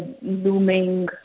looming